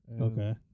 Okay